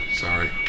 sorry